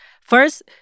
First